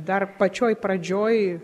dar pačioj pradžioj